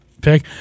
pick